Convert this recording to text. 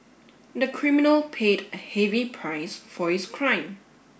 the criminal paid a heavy price for his crime